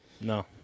No